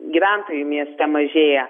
gyventojų mieste mažėja